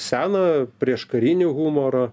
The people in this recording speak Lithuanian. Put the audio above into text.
seno prieškarinį humoro